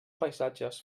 paisatges